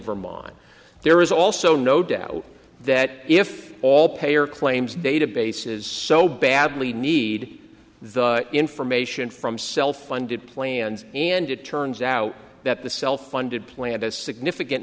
vermont there is also no doubt that if all payer claims databases so badly need the information from self funded plans and it turns out that the self funded plan has significant